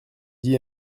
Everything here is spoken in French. dit